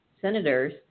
Senators